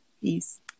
Peace